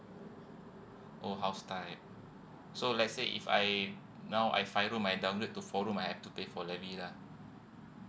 oh house type so let say if I now I five room I downgrade to four room I have to pay for levy lah